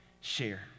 Share